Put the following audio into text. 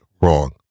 wrong